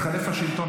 התחלף השלטון,